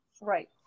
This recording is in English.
right